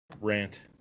rant